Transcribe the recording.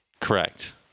Correct